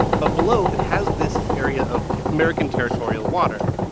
but below it has this area of american territorial water,